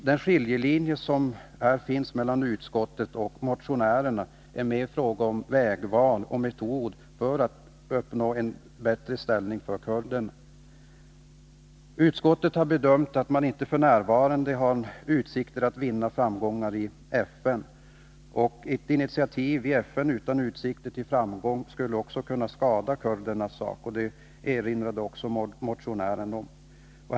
Den skiljelinje som finns mellan utskottet och motionärerna handlar mer om vägval och metod för att uppnå en bättre ställning för kurderna. Utskottet har bedömt att man f. n. inte har några utsikter att vinna framgång i FN, och ett initiativ i FN utan utsikter till framgång skulle också kunna skada kurdernas sak — och det hävdade också Oswald Söderqvist.